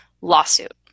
lawsuit